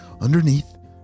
underneath